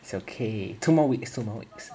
it's okay two more weeks two more weeks